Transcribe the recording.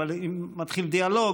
אבל אם מתחיל דיאלוג,